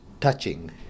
touching